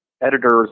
editors